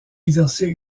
exercer